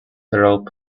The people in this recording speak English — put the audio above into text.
rope